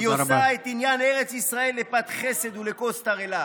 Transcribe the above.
היא עושה את עניין ארץ ישראל לפת חסד ולכוס תרעלה.